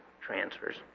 transfers